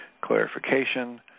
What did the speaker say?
clarification